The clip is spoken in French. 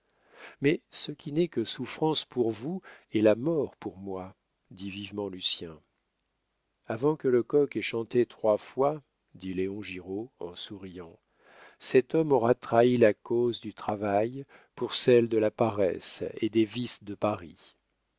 mais ce qui n'est que souffrance pour vous est la mort pour moi dit vivement lucien avant que le coq ait chanté trois fois dit léon giraud en souriant cet homme aura trahi la cause du travail pour celle de la paresse et des vices de paris